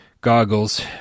goggles